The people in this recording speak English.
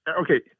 okay